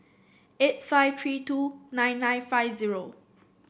eight five three two nine nine five zero